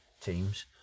teams